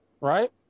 right